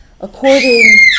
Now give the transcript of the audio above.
according